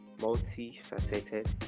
multi-faceted